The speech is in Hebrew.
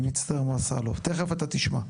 אני מצטער מר סלהוף, תכף אתה תשמע.